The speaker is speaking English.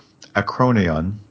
Acronion